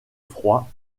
froid